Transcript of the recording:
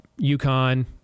UConn